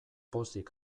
pozik